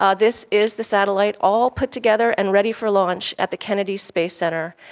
ah this is the satellite all put together and ready for launch at the kennedy space centre,